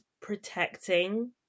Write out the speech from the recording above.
protecting